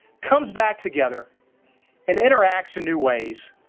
comes back together and interacts in new ways,